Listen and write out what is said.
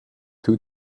two